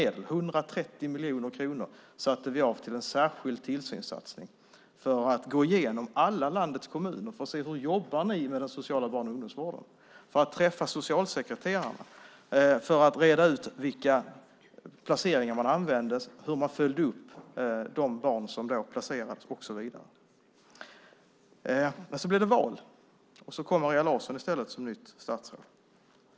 Vi satte av 130 miljoner kronor till en särskild tillsynssatsning för att gå igenom och se hur alla landets kommuner jobbar med den sociala barn och ungdomsvården, för att träffa socialsekreterarna, för att reda ut placeringarna och uppföljningen av dessa barn. Sedan blev det val, och Maria Larsson kom som nytt statsråd.